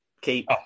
keep